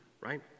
right